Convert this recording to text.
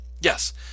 yes